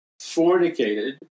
fornicated